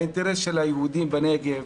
האינטרס של היהודים בנגב?